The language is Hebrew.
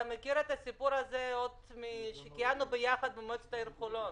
אתה מכיר את הסיפור הזה עוד כאשר כיהנו ביחד במועצת העיר חולון.